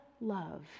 love